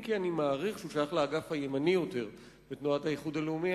אם כי אני מעריך שהוא שייך לאגף הימני יותר בתנועת האיחוד הלאומי.